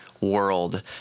World